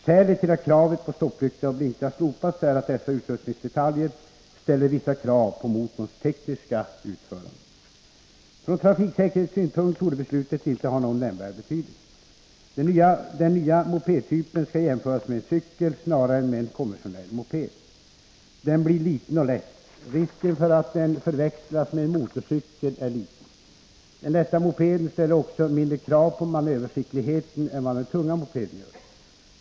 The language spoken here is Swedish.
Skälet till att kravet på stopplykta och blinkrar slopats är att dessa utrustningsdetaljer ställer vissa krav på motorns tekniska utförande. Från trafiksäkerhetssynpunkt torde beslutet inte ha någon nämnvärd betydelse. Den nya mopedtypen skall jämföras med en cykel snarare än med en konventionell moped. Den blir liten och lätt. Risken för att den förväxlas med en motorcykel är liten. Den lätta mopeden ställer också mindre krav på manöverskickligheten än vad den tunga mopeden gör.